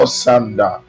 Osanda